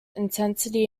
intensity